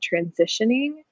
transitioning